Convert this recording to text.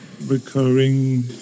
Recurring